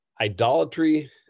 idolatry